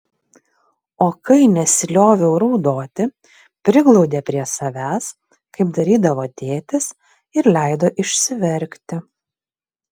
o kai nesilioviau raudoti priglaudė prie savęs kaip darydavo tėtis ir leido išsiverkti